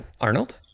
Arnold